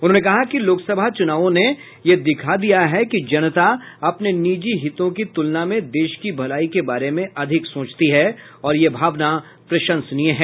उन्होंने कहा कि लोकसभा चुनावों ने यह दिखा दिया है कि जनता अपने निजी हितों की तुलना में देश की भलाई के बारे में अधिक सोचती है और यह भावना प्रशंसनीय है